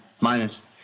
Minus